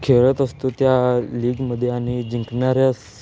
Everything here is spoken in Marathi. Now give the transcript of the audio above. खेळत असतो त्या लीगमध्ये आणि जिंकणाऱ्यास